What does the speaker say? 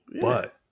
But-